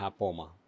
hapoma